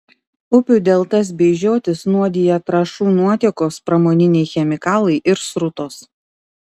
upių deltas bei žiotis nuodija trąšų nuotėkos pramoniniai chemikalai ir srutos